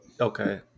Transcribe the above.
okay